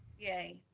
yay.